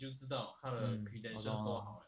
mm mm 我懂